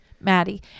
Maddie